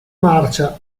marcia